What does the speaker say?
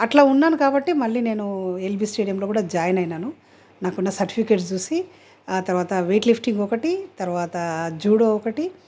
అట్లా ఉన్నాను కాబట్టి మళ్ళీ నేను ఎల్బి స్టేడియంలో కూడా జాయిన్ అయ్యాను నాకు నా సర్టిఫికెట్స్ చూసి ఆ తరువాత వెయిట్ లిఫ్టింగ్ ఒకటి తరువాత జూడో ఒకటి